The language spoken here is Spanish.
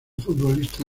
futbolista